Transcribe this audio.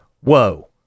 whoa